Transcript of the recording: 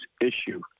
issue